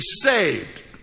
saved